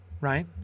right